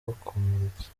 bakomeretse